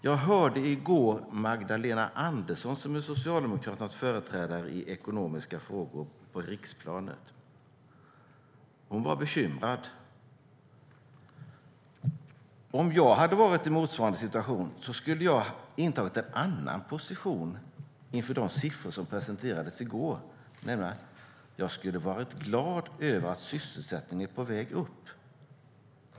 Jag hörde i går Magdalena Andersson, som är Socialdemokraternas företrädare i ekonomiska frågor på riksplanet. Hon var bekymrad. Om jag hade varit i motsvarade situation skulle jag ha intagit en annan position inför de siffror som presenterades i går. Jag skulle ha varit glad över att sysselsättningen är på väg upp.